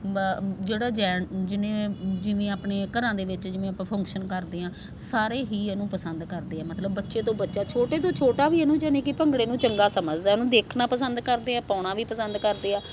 ਜਿਹੜਾ ਜੈ ਜਿਹਨੇ ਜਿਵੇਂ ਆਪਣੇ ਘਰਾਂ ਦੇ ਵਿੱਚ ਜਿਵੇਂ ਆਪਾਂ ਫੰਕਸ਼ਨ ਕਰਦੇ ਹਾਂ ਸਾਰੇ ਹੀ ਇਹਨੂੰ ਪਸੰਦ ਕਰਦੇ ਆ ਮਤਲਬ ਬੱਚੇ ਤੋਂ ਬੱਚਾ ਛੋਟੇ ਤੋਂ ਛੋਟਾ ਵੀ ਇਹਨੂੰ ਯਾਨੀ ਕਿ ਭੰਗੜੇ ਨੂੰ ਚੰਗਾ ਸਮਝਦਾ ਉਹਨੂੰ ਦੇਖਣਾ ਪਸੰਦ ਕਰਦੇ ਆ ਪਾਉਣਾ ਵੀ ਪਸੰਦ ਕਰਦੇ ਆ